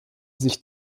sich